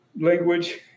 language